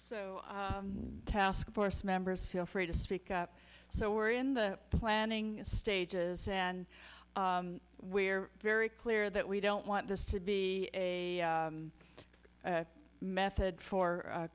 so taskforce members feel free to speak up so we're in the planning stages and we're very clear that we don't want this to be a method for